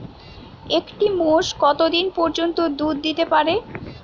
একটি মোষ কত দিন পর্যন্ত দুধ দিতে পারে?